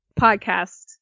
podcast